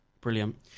Brilliant